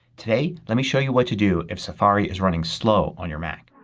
today let me show you what to do if safari is running slow on your mac.